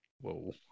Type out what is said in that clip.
whoa